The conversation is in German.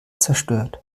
zerstört